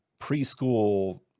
preschool